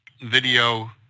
video